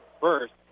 first